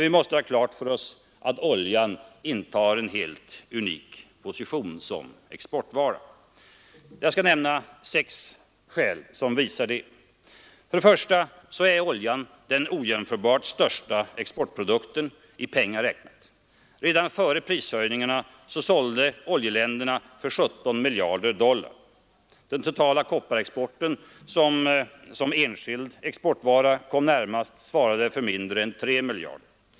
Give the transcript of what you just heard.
Vi måste ha klart för oss att oljan intar en helt unik position som exportvara. Jag skall nämna sex skäl som visar det: För det första är oljan den ojämförligt största exportprodukten i pengar räknat. Redan före prisstegringarna sålde oljeländerna för 17 miljarder dollar. Den totala exporten av koppar, vilken som enskild exportvara kom därnäst, svarade för mindre än tre miljarder.